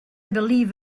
believe